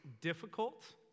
difficult